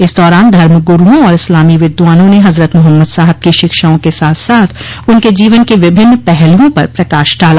इस दौरान धर्मगुरूओं और इस्लामी विद्वानों ने हज़रत मोहम्मद साहब की शिक्षाओं के साथ साथ उनके जीवन के विभिन्न पहलुओं पर प्रकाश डाला